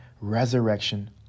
resurrection